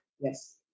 Yes